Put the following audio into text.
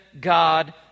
God